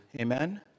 Amen